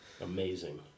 Amazing